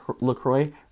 LaCroix